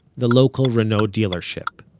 the local renault dealership,